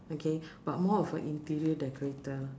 okay but more of a interior decorator